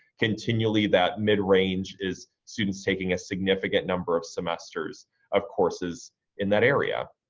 continually that mid-range is students taking a significant number of semesters of courses in that area.